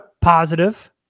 positive